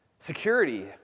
Security